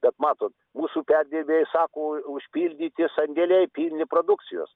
bet matot mūsų perdirbėjai sako užpildyti sandėliai pilni produkcijos